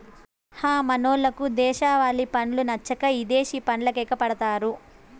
హ మనోళ్లకు దేశవాలి పండ్లు నచ్చక ఇదేశి పండ్లకెగపడతారు